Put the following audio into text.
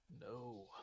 No